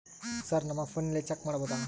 Sir ನಮ್ಮ ಫೋನಿನಲ್ಲಿ check ಮಾಡಬಹುದಾ?